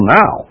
now